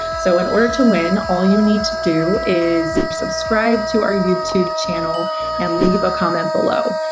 so in order to win, all you need to do is subscribe to our youtube channel and leave a comment below.